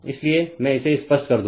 इसलिए मैं इसे स्पष्ट कर दूं